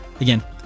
again